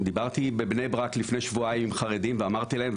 דיברתי בבני ברק לפני שבועיים עם חרדים ואמרתי להם,